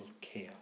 care